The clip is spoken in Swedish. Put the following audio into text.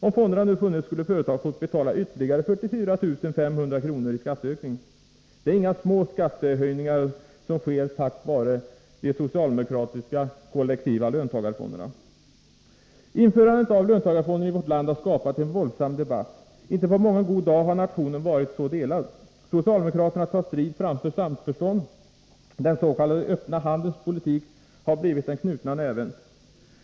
Om fonderna nu hade funnits, skulle företaget ha fått betala ytterligare 44 000 kr. i skatt. Det är inga små skattehöjningar som sker till följd av de socialdemokratiska kollektiva löntagarfonderna. Införandet av löntagarfonder i vårt land har skapat en våldsam debatt. Inte på mången god dag har nationen varit så delad. Socialdemokraterna tar strid framför samförstånd — den s.k. öppna handens politik har blivit den knutna nävens.